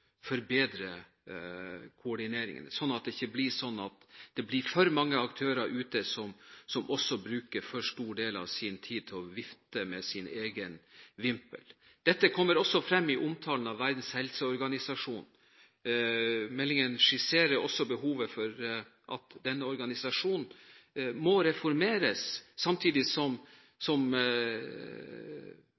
forbedre koordineringen, slik at det ikke blir for mange aktører ute som bruker for stor del av sin tid til å vifte med sin egen vimpel. Dette kommer også frem i omtalen av Verdens helseorganisasjon. Meldingen skisserer også behovet for at denne organisasjonen må reformeres, samtidig som